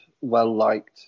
well-liked